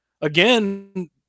again